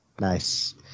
nice